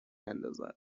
اندازد